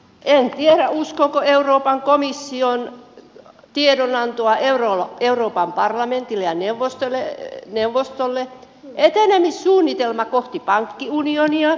en tiedä uskooko euroopan komission tiedonantoa euroopan parlamentille ja neuvostolle etenemissuunnitelmaa kohti pankkiunionia